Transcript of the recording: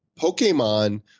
Pokemon